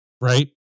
Right